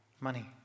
money